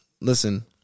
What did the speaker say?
listen